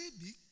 baby